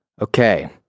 Okay